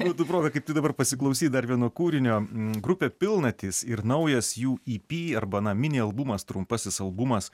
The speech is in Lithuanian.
būtų proga kaip tik dabar pasiklausyt dar vieno kūrinio grupė pilnatys ir naujas jų i pi arba na mini albumas trumpasis albumas